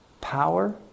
power